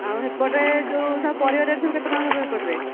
ଆଉ ହେପଟେ ଯେଉଁ ସବୁ ପରିବା ରେଟ୍ ସବୁ କେତେ ଟଙ୍କା ସବୁ ହେପଟରେ